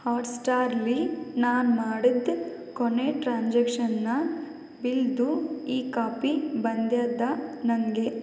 ಹಾಟ್ಸ್ಟಾರ್ಲಿ ನಾನು ಮಾಡಿದ ಕೊನೆ ಟ್ರಾನ್ಸಾಕ್ಷನ್ನ ಬಿಲ್ದು ಇ ಕಾಪಿ ಬಂದಿದಾ ನನಗೆ